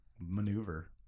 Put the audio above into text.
maneuver